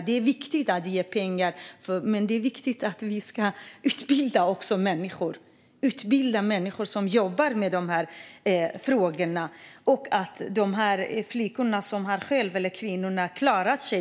Det är viktigt att ge pengar, men det är också viktigt att utbilda människor som jobbar med de här frågorna - de flickor och kvinnor som själva har klarat sig.